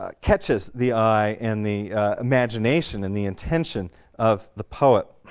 ah catches the eye and the imagination and the intention of the poet.